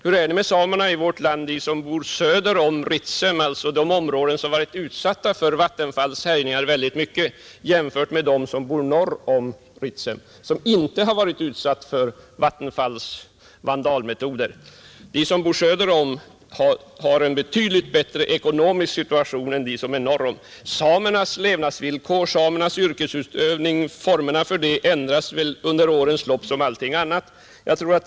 Hur är det med de samer som bor söder om Ritsem, dvs. de områden som i stor utsträckning varit utsatta för Vattenfalls härjningar, jämfört med de samer som bor norr om Ritsem och som inte varit utsatta för Vattenfalls vandalmetoder? De som bor söder om Ritsem har en betydligt bättre ekonomisk situation än de som bor norr därom. Formerna för samernas levnadsvillkor och yrkesutövning ändras under årens lopp liksom allting annat.